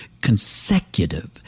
consecutive